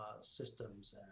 systems